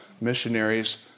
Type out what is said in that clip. missionaries